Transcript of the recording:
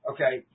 Okay